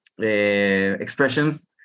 expressions